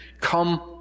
come